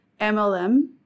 MLM